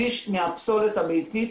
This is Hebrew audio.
שליש מהפסולת הביתית,